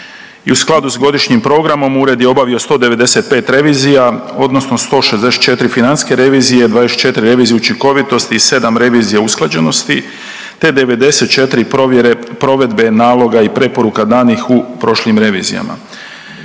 i u skladu s godišnjim programom ured je obavio 195 revizija odnosno 164 financijske revizije, 24 revizije učinkovitosti i sedam revizija usklađenosti te 94 provjere, provedbe, naloga i preporuka danih u prošlim revizijama.